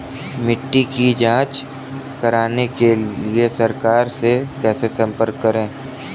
मिट्टी की जांच कराने के लिए सरकार से कैसे संपर्क करें?